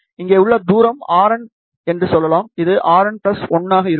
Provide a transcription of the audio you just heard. இங்கே உள்ள தூரம் Rn என்று சொல்லலாம் இது Rn 1 ஆக இருக்கும்